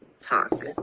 talk